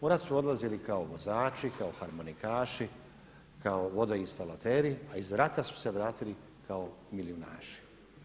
U rat su odlazili kao vozači, kao harmonikaši, kao vodoinstalateri, a iz rata su se vratili kao milijunaši.